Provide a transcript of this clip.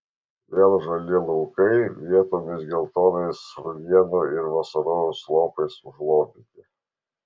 vėl žali laukai vietomis geltonais rugienų ir vasarojaus lopais užlopyti